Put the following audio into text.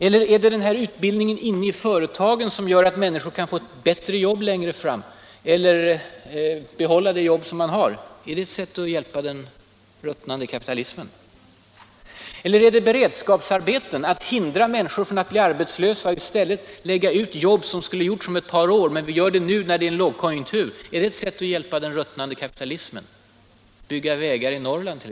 Eller är det utbildningen inne i företagen, som gör att människorna kan få bättre jobb längre fram eller behålla det jobb de har, som är ett sätt att hjälpa den ruttnande kapitalismen? Eller är det beredskapsarbete, att hindra människor från att bli arbetslösa genom att i en lågkonjunktur lägga ut jobb som skulle ha gjorts om ett par år, t.ex. byggande av vägar i Norrland — är det ett sätt att hjälpa den ruttnande kapitalismen?